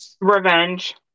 Revenge